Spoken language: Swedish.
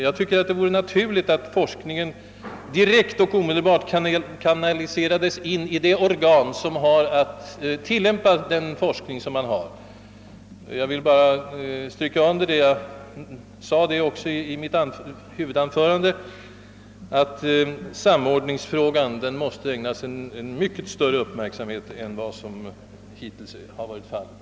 Jag tycker det vore naturligt att forskningen direkt och omedelbart kanaliserades in i det organ, som har att så snabbt som möjligt söka tillämpa de forskningsresultat som nås. Jag vill bara med detta understryka, vilket jag också gjorde i mitt huvudanförande, att man måste ägna samordningsfrågan på naturoch miljövårdsområdet en mycket större uppmärksamhet än man hittills gjort.